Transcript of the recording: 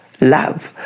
love